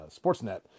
Sportsnet